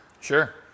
Sure